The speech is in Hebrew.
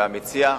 והמציע,